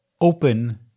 open